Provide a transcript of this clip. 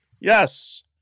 yes